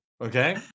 Okay